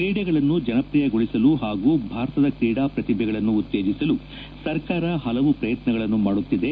ತ್ರೀಡೆಗಳನ್ನು ಜನಪ್ರಿಯಗೊಳಿಸಲು ಹಾಗೂ ಭಾರತದ ಕ್ರೀಡಾ ಪ್ರತಿಭೆಯನ್ನು ಉತ್ತೇಜಿಸಲು ಸರ್ಕಾರ ಹಲವು ಪ್ರಯತ್ನಗಳನ್ನು ಮಾಡುತ್ತಿದೆ